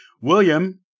William